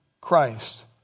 Christ